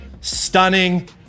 stunning